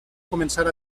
començar